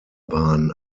bahn